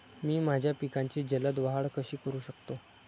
मी माझ्या पिकांची जलद वाढ कशी करू शकतो?